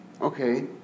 Okay